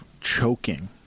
choking